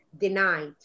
denied